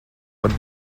varu